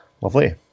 Lovely